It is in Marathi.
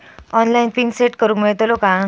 ऑनलाइन पिन सेट करूक मेलतलो काय?